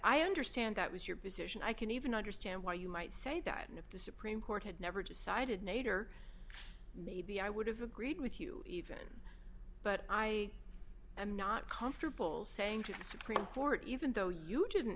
i understand that was your position i can even understand why you might say that if the supreme court had never decided nader maybe i would have agreed with you even but i am not comfortable saying to the supreme court even though you didn't